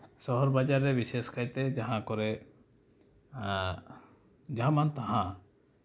ᱥᱚᱦᱚᱨ ᱵᱟᱡᱟᱨ ᱨᱮ ᱵᱤᱥᱮᱥ ᱠᱟᱭᱛᱮ ᱡᱟᱦᱟᱸ ᱠᱚᱨᱮ ᱡᱟᱦᱟᱸ ᱢᱟᱱ ᱛᱟᱦᱟᱸ